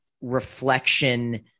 reflection